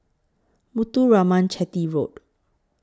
Muthuraman Chetty Road